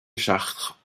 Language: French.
chartres